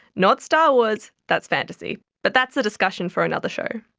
not star wars, that's fantasy, but that's a discussion for another show.